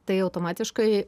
tai automatiškai